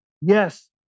Yes